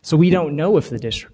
so we don't know if the district